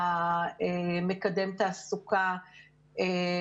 כחלק מהפעולות של אגף לגיוון תעסוקתי מונו